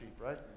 right